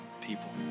people